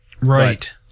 Right